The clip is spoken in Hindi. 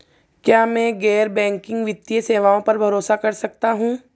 क्या मैं गैर बैंकिंग वित्तीय सेवाओं पर भरोसा कर सकता हूं?